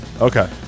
Okay